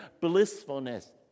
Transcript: blissfulness